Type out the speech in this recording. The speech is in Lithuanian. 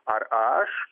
ar aš